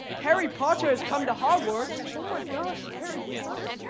harry potter has come to hogwarts. oh my gosh, it's harry potter?